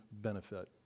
benefit